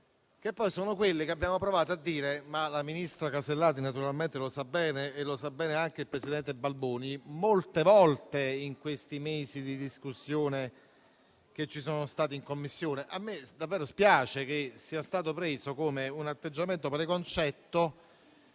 di quello che abbiamo provato a dire - ma la ministra Casellati naturalmente lo sa bene e lo sa bene anche il presidente Balboni - molte volte in questi mesi di discussione in Commissione. A me davvero spiace che sia stato preso come un atteggiamento preconcetto